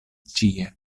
ĉie